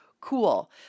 cool